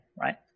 right